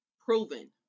proven